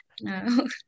no